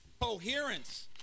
Coherence